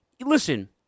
listen